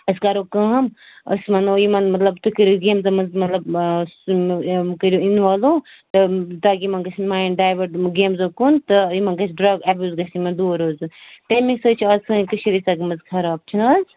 أسۍ کَرو کٲم أسۍ وَنو یِمَن مطلب تُہۍ کٔرِو گیمزَن منٛز مطلب یِم کٔرِو اِنوالٕو تاکہِ یِمَن گٔژھِنۍ مایِنٛڈ ڈایوٲٹ یِمَن گیمزَن کُن تہٕ یِمَن گژھِ ڈرٛگ اٮ۪بیوٗز گژھِ یِمَن دوٗر روزُن تَمے سۭتۍ چھِ آز سٲنۍ کٔشیٖرۍ ییٖژاہ گٔمٕژ خراب چھِنہٕ حظ